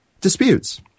disputes